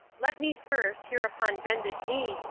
let me first, here upon bended knee,